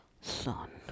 Son